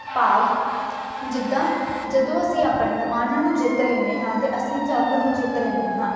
ਭਾਵ ਜਿੱਦਾਂ ਜਦੋਂ ਅਸੀਂ ਆਪਣੇ ਮਨ ਨੂੰ ਜਿੱਤ ਲੈਂਦੇ ਹਾਂ ਤਾਂ ਅਸੀਂ ਜੱਗ ਨੂੰ ਜਿੱਤ ਲੈਂਦੇ ਹਾਂ